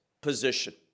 position